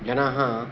जनाः